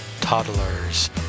toddlers